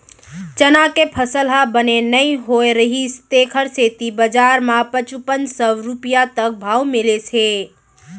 चना के फसल ह बने नइ होए रहिस तेखर सेती बजार म पचुपन सव रूपिया तक भाव मिलिस हे